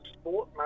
sport